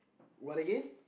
what again